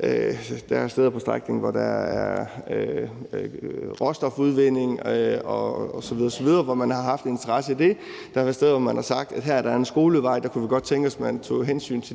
at der er steder på strækningen, hvor der er råstofudvinding osv. osv., og hvor man har haft en interesse i det, og i forhold til at der er steder, hvor man har sagt: Her er der en skolevej – der kunne vi godt tænke os man tog hensyn til